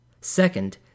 Second